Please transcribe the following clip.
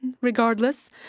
regardless